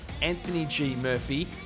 anthonygmurphy